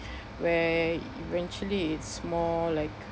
where eventually it's more like